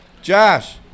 Josh